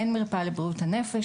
אין מרפאה לבריאות הנפש,